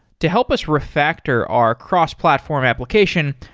to help us refactor our cross-platform application,